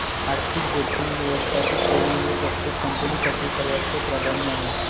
आर्थिक जोखीम व्यवस्थापित करणे हे प्रत्येक कंपनीसाठी सर्वोच्च प्राधान्य आहे